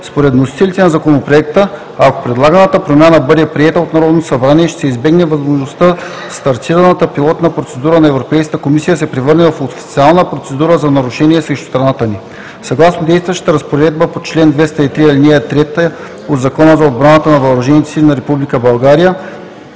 Според вносителите на Законопроекта, ако предлаганата промяна бъде приета от Народното събрание, ще се избегне възможността стартираната пилотна процедура на Европейската комисия да се превърне в официална процедура за нарушение срещу страната ни. Съгласно действащата разпоредба на чл. 203, ал. 3 от Закона за отбраната и въоръжените сили